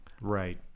right